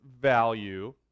value